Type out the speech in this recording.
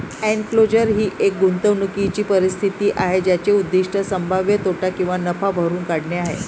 enclosure ही एक गुंतवणूकीची परिस्थिती आहे ज्याचे उद्दीष्ट संभाव्य तोटा किंवा नफा भरून काढणे आहे